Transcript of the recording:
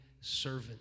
servant